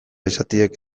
izateak